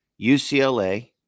UCLA